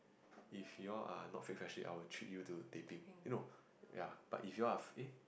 if you all are not fake freshie I will treat you to teh bing eh no ya but if you all are eh